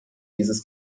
dieses